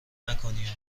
نکنیا